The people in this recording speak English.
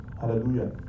Hallelujah